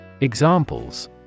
Examples